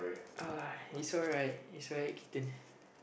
uh it's alright is alright Keaton